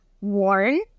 warn